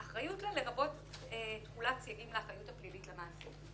"אחריות לה" לרבות תחולת סייגים לאחריות הפלילית למעשה."